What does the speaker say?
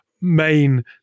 main